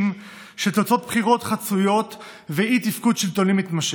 של תוצאות בחירות חצויות ואי-תפקוד שלטוני מתמשך.